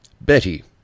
Betty